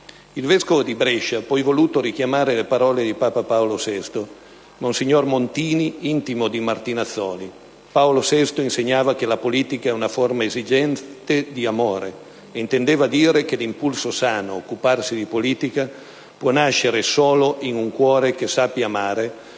Il vescovo di Brescia ha poi voluto richiamare le parole di papa Paolo VI, monsignor Montini, intimo di Martinazzoli. «Paolo VI insegnava che la politica è una forma esigente di amore e intendeva dire che l'impulso sano a occuparsi di politica può nascere solo in un cuore che sappia amare,